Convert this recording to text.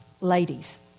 ladies